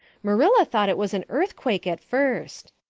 marilla thought it was an earthquake at first.